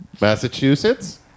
Massachusetts